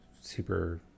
super